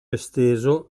esteso